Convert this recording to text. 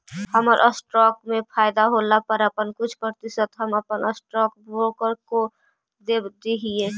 हमर स्टॉक्स में फयदा होला पर अपन कुछ प्रतिशत हम अपन स्टॉक ब्रोकर को देब हीअई